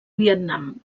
vietnam